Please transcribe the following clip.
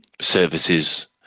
services